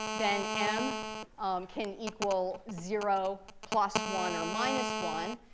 then m can equal zero plus one or minus one.